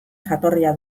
jatorria